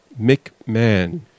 McMahon